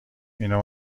اینو